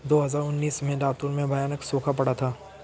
दो हज़ार उन्नीस में लातूर में भयानक सूखा पड़ा था